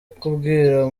kubwira